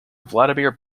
vladimir